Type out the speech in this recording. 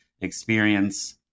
experience